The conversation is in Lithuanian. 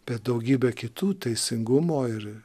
bet daugybė kitų teisingumo ir